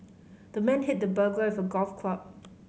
the man hit the burglar with golf club